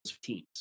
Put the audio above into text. teams